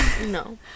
No